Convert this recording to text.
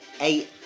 eight